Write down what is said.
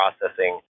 processing